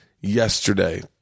yesterday